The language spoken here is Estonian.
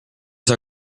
saa